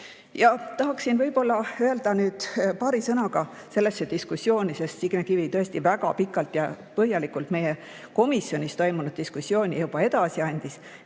Ja tahan öelda nüüd paari sõnaga sellesse diskussiooni. Signe Kivi tõesti väga pikalt ja põhjalikult meie komisjonis toimunud diskussiooni juba edasi andis,